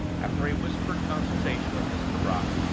after a whispered consultation with mr. brock,